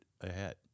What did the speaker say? ahead